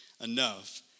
enough